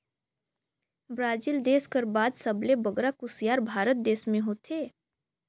Brazil देस कर बाद सबले बगरा कुसियार भारत में होथे